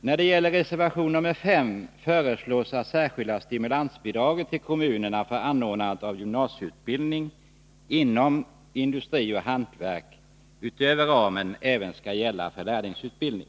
I reservation nr 5 föreslås att det särskilda stimulansbidraget till kommunerna för anordnande av gymnasieutbildning inom industri och hantverk utöver ramen även skall gälla för lärlingsutbildning.